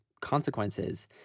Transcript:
consequences